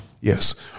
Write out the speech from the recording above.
Yes